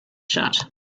shut